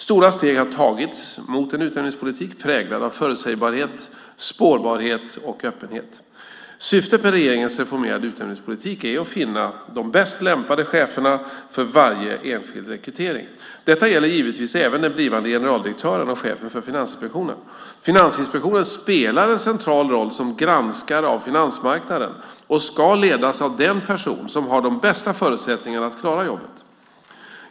Stora steg har tagits mot en utnämningspolitik präglad av förutsägbarhet, spårbarhet och öppenhet. Syftet med regeringens reformerade utnämningspolitik är att finna de bäst lämpade cheferna för varje enskild rekrytering. Detta gäller givetvis även den blivande generaldirektören och chefen för Finansinspektionen. Finansinspektionen spelar en central roll som granskare av finansmarknaden och ska ledas av den person som har de bästa förutsättningarna att klara jobbet.